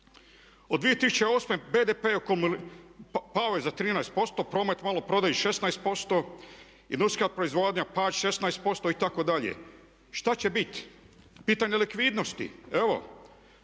Od 2008. BDP je pao za 13%, promet u maloprodaji 16%, industrijska proizvodnja pad 16% itd. Što će biti? Pitanje likvidnosti,